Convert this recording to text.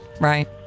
Right